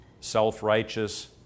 self-righteous